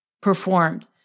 performed